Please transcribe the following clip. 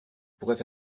pourrais